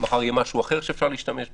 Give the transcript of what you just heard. מחר יהיה משהוא אחר שאפשר להשתמש בוא,